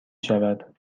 شود